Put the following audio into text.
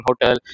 hotel